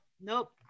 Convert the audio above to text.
nope